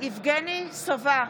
יבגני סובה,